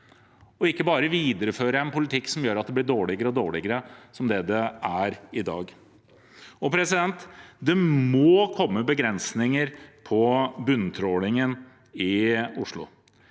ikke bare videreføre en politikk som gjør at det blir dårligere og dårligere, som i dag. Det må komme begrensninger på bunntrålingen i Oslo.